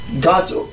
God's